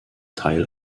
teil